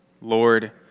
Lord